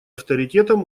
авторитетом